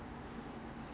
有没有用 right